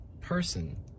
person